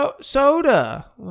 soda